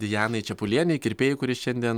dianai čepulienei kirpėjai kuri šiandien